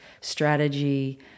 strategy